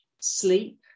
sleep